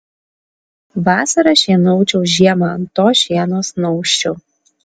vasarą šienaučiau žiemą ant to šieno snausčiau